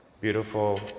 Beautiful